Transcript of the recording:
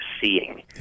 seeing